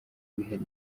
wihariye